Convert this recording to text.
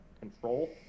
control